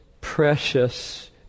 precious